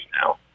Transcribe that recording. now